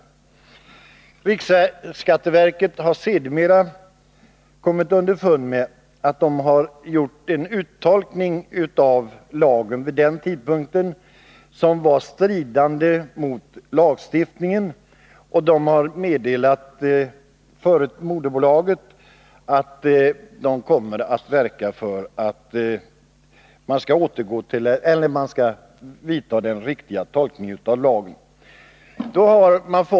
Riksskatteverket har sedermera kommit underfund med att man vid den tidpunkten hade gjort en uttolkning av lagen som var stridande mot lagstiftningen och har meddelat det förutvarande moderbolaget att verket kommer att vidta åtgärder för att en riktig tolkning av lagen tillämpas.